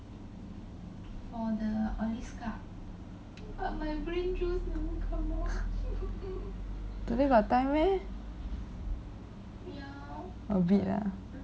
today got time meh a bit ah